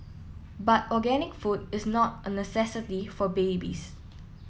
but organic food is not a necessity for babies